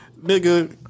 Nigga